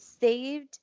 saved